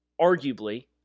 arguably